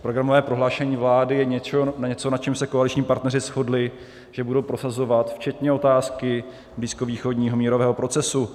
Programové prohlášení vlády je něco, na čem se koaliční partneři shodli, že budou prosazovat, včetně otázky blízkovýchodního mírového procesu.